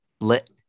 Lit